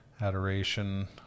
adoration